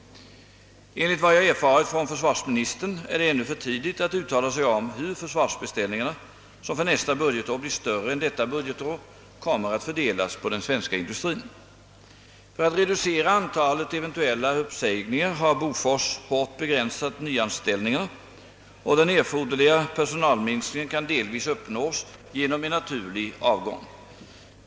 Enligt vad jag erfarit från försvarsministern är det ännu för tidigt att uttala sig om hur försvarsbeställningarna, som för nästa budgetår blir större än detta budgetår, kommer att fördelas på den svenska industrin. För att reducera antalet eventuella uppsägningar har Bofors hårt begränsat nyanställningarna, och den erforderliga personalminskningen kan delvis uppnås genom en naturlig avgång.